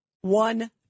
One